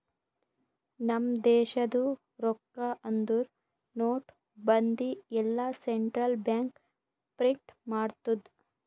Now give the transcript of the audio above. ನಮ್ ದೇಶದು ರೊಕ್ಕಾ ಅಂದುರ್ ನೋಟ್, ಬಂದಿ ಎಲ್ಲಾ ಸೆಂಟ್ರಲ್ ಬ್ಯಾಂಕ್ ಪ್ರಿಂಟ್ ಮಾಡ್ತುದ್